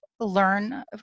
learn